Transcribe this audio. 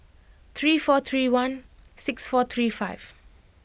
three four three one six four three five